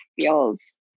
feels